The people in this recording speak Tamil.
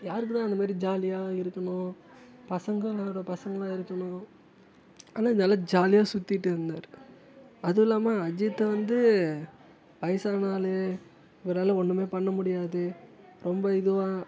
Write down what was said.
யாருக்கு தான் அந்த மாதிரி ஜாலியாக இருக்கணும் பசங்களோட பசங்களாக இருக்கணும் ஆனால் நல்லா ஜாலியாக சுற்றிகிட்டு இருந்தார் அதுவும் இல்லாமல் அஜித்த வந்து வயசான ஆள் இவரால் ஒன்றுமே பண்ண முடியாது ரொம்ப இதுவாக